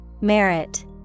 Merit